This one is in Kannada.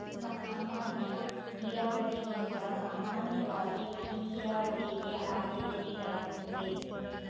ಸಾಮಾನ್ಯ ನೀರಾವರಿಗಿಂತ ಸಾಮಾನ್ಯವಾಗಿ ಹನಿ ನೀರಾವರಿಗೆ ಆದ್ಯತೆ ನೀಡಲಾಗ್ತದೆ